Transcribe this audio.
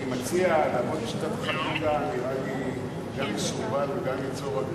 אני מציע, נראה לי גם מסורבל, וגם ייצור .